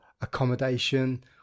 accommodation